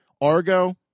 Argo